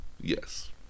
Yes